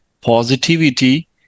positivity